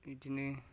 बिदिनो